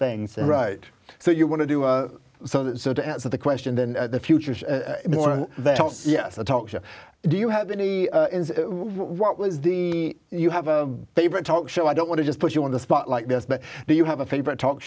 things right so you want to do so to answer the question then the future yes the talk show do you have any what was the you have a favorite talk show i don't want to just put you on the spot like this but do you have a favorite talk